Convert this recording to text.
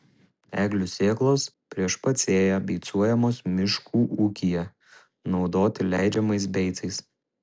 eglių sėklos prieš pat sėją beicuojamos miškų ūkyje naudoti leidžiamais beicais